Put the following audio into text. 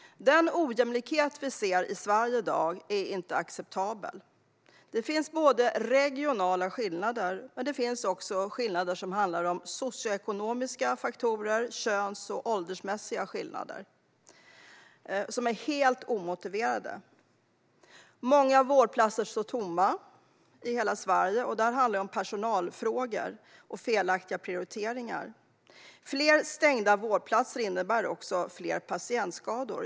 Den ojämlikhet vi ser i Sverige i dag är inte acceptabel. Det finns regionala skillnader, men det finns också socioekonomiska skillnader, könsskillnader och åldersmässiga skillnader som är helt omotiverade. Många vårdplatser står tomma i Sverige på grund av personalbrist och felaktiga prioriteringar. Fler stängda vårdplatser innebär också fler patientskador.